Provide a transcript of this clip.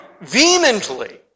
vehemently